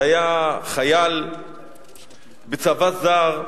שהיה חייל בצבא זר,